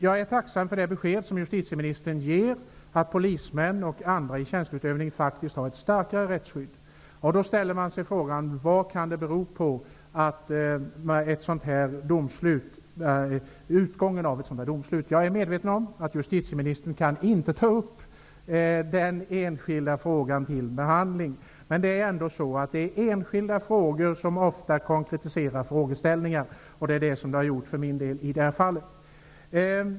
Jag är tacksam för det besked som justitieministern ger, att polismän och andra personer i tjänsteutövning faktiskt har ett starkare rättsskydd. Då ställer man sig frågan: Vad kan ett sådant här domslut bero på? Jag är medveten om att justitieministern inte kan ta upp en enskild fråga till behandling. Men det är ofta enskilda frågor som konkretiserar en frågeställning. Så har också skett i detta fall.